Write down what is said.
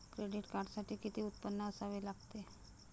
Credit कार्डसाठी किती उत्पन्न असावे लागते?